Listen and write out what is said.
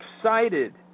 excited